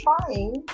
trying